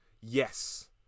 yes